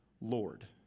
Lord